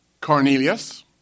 Cornelius